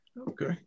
Okay